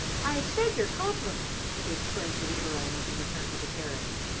i said your compliments, he explained to the earl when he returned to the carriage.